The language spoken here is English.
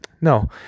no